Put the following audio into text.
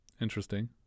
interesting